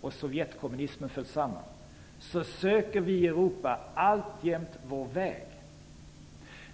och Sovjetkommunismen försvann söker vi i Europa alltjämt vår väg.